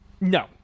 No